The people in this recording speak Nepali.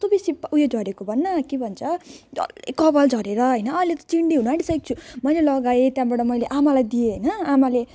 बेसी उयो झरेको भन् न के भन्छ डल्लै कपाल झरेर होइन अहिले त चिन्डी हुनु आँटिसकेको छु मैले लगाएँ त्यहाँबाट मैले आमालाई दिए होइन आमाले